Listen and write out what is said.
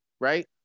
right